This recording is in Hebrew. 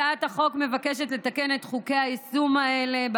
הצעת החוק מבקשת לתקן את חוק היישום באלה: